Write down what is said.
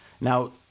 Now